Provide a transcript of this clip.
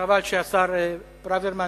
חבל שהשר ברוורמן